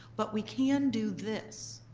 but we can do this.